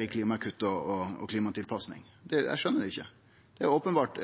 i klimakutt og klimatilpassing? Eg skjønner det ikkje. Det er openbert